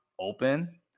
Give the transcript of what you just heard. open